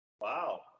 wow